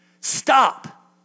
Stop